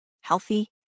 healthy